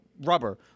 rubber